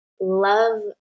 love